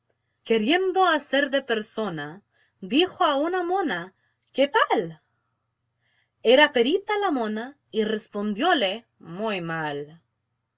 queriendo hacer de persona dijo a una mona qué tal era perita la mona y respondióle muy mal